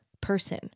person